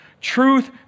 Truth